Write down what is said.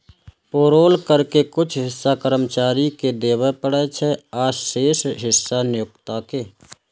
payroll कर के कुछ हिस्सा कर्मचारी कें देबय पड़ै छै, आ शेष हिस्सा नियोक्ता कें